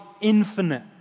infinite